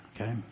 okay